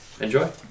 enjoy